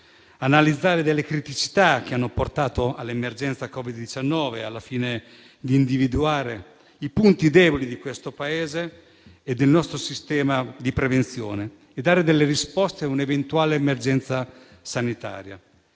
analizzare delle criticità che hanno portato all'emergenza Covid-19 al fine di individuare i punti deboli di questo Paese e del nostro sistema di prevenzione e dare delle risposte a un'eventuale emergenza sanitaria.